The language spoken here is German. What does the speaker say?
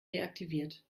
deaktiviert